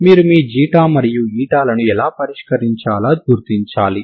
మీరు మీ ξ మరియు ηలను పరిష్కరించేలా వీటిని గుర్తించాలి